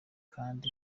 kandi